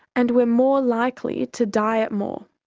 and were more likely to diet more.